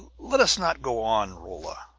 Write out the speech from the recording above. let us not go on, rolla!